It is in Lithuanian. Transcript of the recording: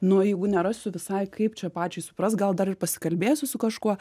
nu jeigu nerasiu visai kaip čia pačiai suprast gal dar ir pasikalbėsiu su kažkuo